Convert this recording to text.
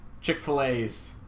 Chick-fil-A's